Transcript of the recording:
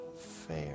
fair